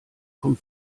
vom